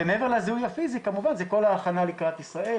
ומעבר לזיהוי הפיזי כמובן זה כל ההכנה לקראת ישראל.